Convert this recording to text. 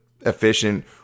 efficient